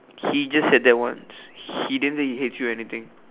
he just said that once he didn't say he hate you or anything